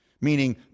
meaning